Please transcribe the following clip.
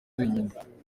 wenyine